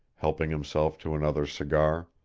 helping himself to another cigar.